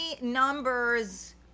numbers